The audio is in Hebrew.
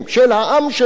של העם שלו.